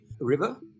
River